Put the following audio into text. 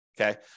okay